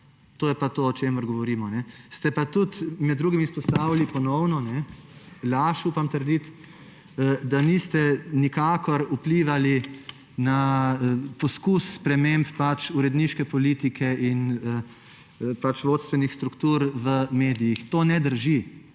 to je pa to, o čemer govorimo. Ste pa tudi med drugim izpostavili ponovno laž, upam trditi, da niste nikakor vplivali na poskus sprememb uredniške politike in vodstvenih struktur v medijih. To ne drži,